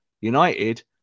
United